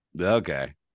Okay